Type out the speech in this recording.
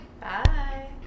Bye